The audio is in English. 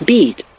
Beat